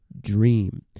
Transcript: dream